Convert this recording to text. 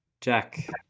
Jack